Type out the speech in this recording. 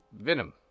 Venom